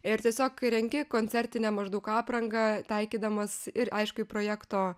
ir tiesiog kai renki koncertinę maždaug aprangą taikydamas ir aišku į projekto